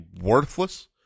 worthless